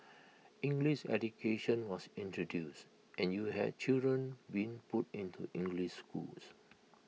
English education was introduced and you had children being put into English schools